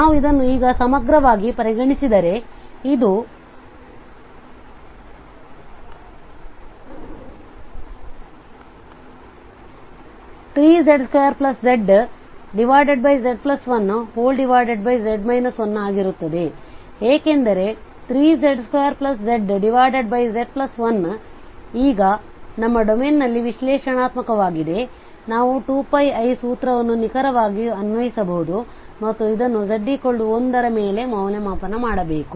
ನಾವು ಇದನ್ನು ಈಗ ಸಮಗ್ರವಾಗಿ ಪರಿಗಣಿಸಿದರೆ ಇದು 3z2zz1z 1 ಆಗಿರುತ್ತದೆ ಏಕೆಂದರೆ 3z2zz1 ಈಗ ನಮ್ಮ ಡೊಮೇನ್ನಲ್ಲಿ ವಿಶ್ಲೇಷಣಾತ್ಮಕವಾಗಿದೆ ಆದ್ದರಿಂದ ನಾವು 2πi ಸೂತ್ರವನ್ನು ನಿಖರವಾಗಿ ಅನ್ವಯಿಸಬಹುದು ಮತ್ತು ಇದನ್ನು z 1 ರ ಮೇಲೆ ಮೌಲ್ಯಮಾಪನ ಮಾಡಬೇಕು